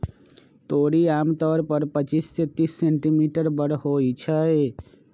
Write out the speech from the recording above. तोरी आमतौर पर पच्चीस से तीस सेंटीमीटर बड़ होई छई